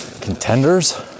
contenders